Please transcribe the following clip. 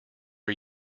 are